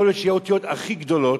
יכול להיות שיהיו אותיות הכי גדולות,